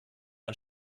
ein